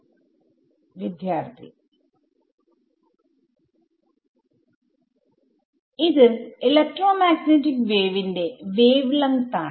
അത് ഇലക്ട്രോമാഗ്നെറ്റിക് വേവിന്റെ wave length ആണ്